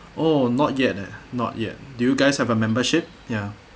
oh not yet eh not yet do you guys have a membership ya